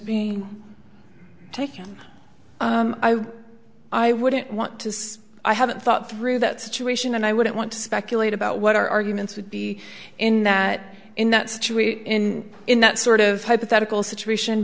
being taken i wouldn't want to say i haven't thought through that situation and i wouldn't want to speculate about what arguments would be in that in that situation in that sort of hypothetical situation